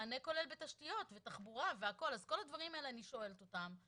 מענה כולל בתשתיות ותחבורה וכולי אז אני שואלת את כל הדברים האלה.